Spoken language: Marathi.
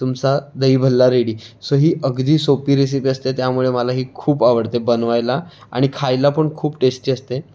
तुमचा दही भल्ला रेडी सो ही अगदी सोपी रेसिपी असते त्यामुळे मला ही खूप आवडते बनवायला आणि खायला पण खूप टेस्टी असते